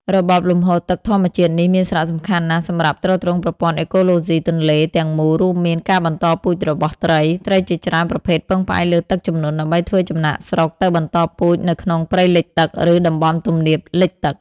របបលំហូរទឹកធម្មជាតិនេះមានសារៈសំខាន់ណាស់សម្រាប់ ទ្រទ្រង់ប្រព័ន្ធអេកូឡូស៊ីទន្លេ ទាំងមូលរួមមាន ការបន្តពូជរបស់ត្រី ត្រីជាច្រើនប្រភេទពឹងផ្អែកលើទឹកជំនន់ដើម្បីធ្វើចំណាកស្រុកទៅបន្តពូជនៅក្នុងព្រៃលិចទឹក ឬតំបន់ទំនាបលិចទឹក។